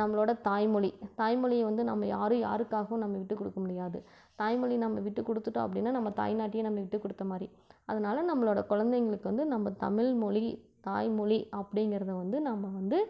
நம்மளோடய தாய்மொழி தாய்மொழியை வந்து நம்ம யாரும் யாருக்காகவும் நம்ம விட்டு கொடுக்க முடியாது தாய்மொழியை நம்ம விட்டு கொடுத்துட்டோம் அப்படின்னா நம்ம தாய் நாட்டையே நம்ம விட்டு கொடுத்த மாதிரி அதுனால் நம்மளோடய குழந்தைகளுக்கு வந்து நம்ம தமிழ்மொழி தாய்மொழி அப்படிங்கிறத வந்து நம்ம வந்து